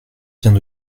vient